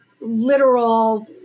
literal